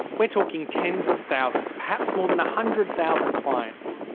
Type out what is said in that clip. we're talking tens of thousands perhaps more than a hundred thousand clients.